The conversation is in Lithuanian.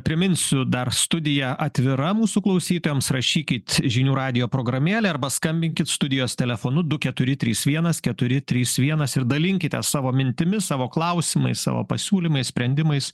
priminsiu dar studija atvira mūsų klausytojams rašykit žinių radijo programėlę arba skambinkit studijos telefonu du keturi trys vienas keturi trys vienas ir dalinkitės savo mintimis savo klausimais savo pasiūlymais sprendimais